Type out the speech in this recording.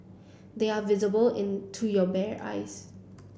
they are visible in to your bare eyes